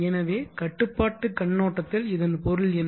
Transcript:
எனவே கட்டுப்பாட்டுக் கண்ணோட்டத்தில் இதன் பொருள் என்ன